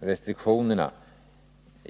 restriktionerna.